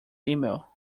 email